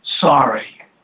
sorry